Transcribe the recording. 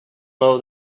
know